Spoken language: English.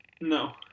No